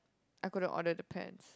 I couldn't order the pants